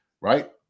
right